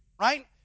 Right